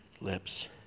lips